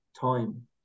time